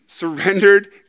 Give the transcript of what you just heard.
Surrendered